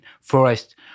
forest